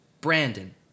Brandon